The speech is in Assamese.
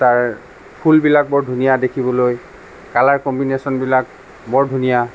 তাৰ ফুলবিলাক বৰ ধুনীয়া দেখিবলৈ কালাৰ কম্বিনেচন বিলাক বৰ ধুনীয়া